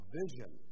vision